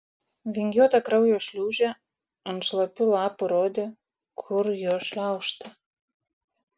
vingiuota kraujo šliūžė ant šlapių lapų rodė kur jo šliaužta